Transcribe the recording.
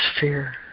fear